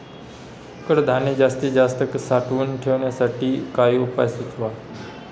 कडधान्य जास्त काळ साठवून ठेवण्यासाठी काही उपाय सुचवा?